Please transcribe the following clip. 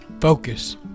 Focus